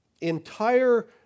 entire